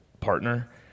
partner